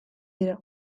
dira